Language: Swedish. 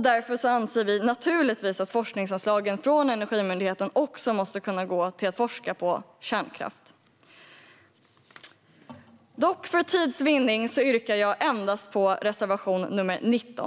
Därför anser vi naturligtvis att forskningsanslagen från Energimyndigheten också måste gå till att forska på kärnkraft. För tids vinnande yrkar jag bifall endast till reservation 19.